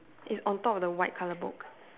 it's on top of the white colour book